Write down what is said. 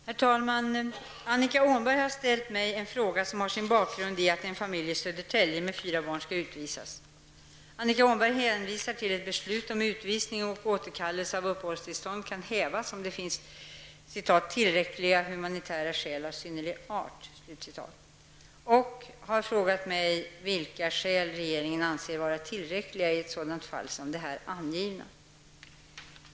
Herr talman! Annika Åhnberg har till mig ställt en fråga som har sin bakgrund i att en familj i Annika Åhnberg hänvisar till att ett beslut om utvisning och återkallellse av uppehållstillstånd kan hävas om det finns ''tillräckliga humanitära skäl av synnerlig art'' och har frågat vilka skäl regeringen anser vara tillräckliga i ett sådant fall som det här angivna.